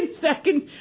second